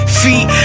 feet